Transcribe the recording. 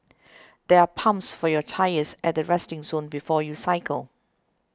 there are pumps for your tyres at the resting zone before you cycle